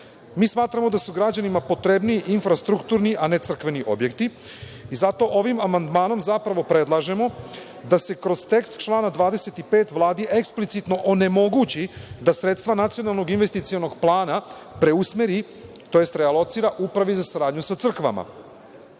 smatramo da su građanima potrebniji infrastrukturni, a ne crkveni objekti. Zato ovim amandmanom zapravo predlažemo da se kroz tekst člana 25. Vladi eksplicitno onemogući da sredstva Nacionalnog investicionog plana preusmeri, tj. realocira Upravi za saradnju sa crkvama.